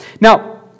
Now